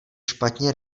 špatně